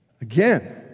Again